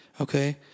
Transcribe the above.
okay